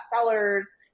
sellers